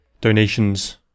donations